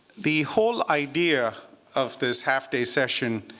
the whole idea of this half day session